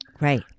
Right